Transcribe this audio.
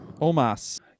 Omas